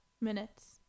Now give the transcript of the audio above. minutes